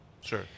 Sure